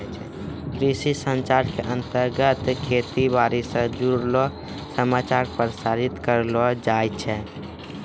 कृषि संचार के अंतर्गत खेती बाड़ी स जुड़लो समाचार प्रसारित करलो जाय छै